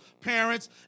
parents